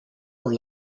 were